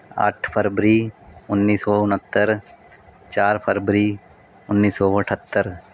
ਅੱਠ ਫਰਵਰੀ ਉੱਨੀ ਸੌ ਉਣੱਤਰ ਚਾਰ ਫਰਵਰੀ ਉੱਨੀ ਸੌ ਅਠੱਤਰ